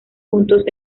juntos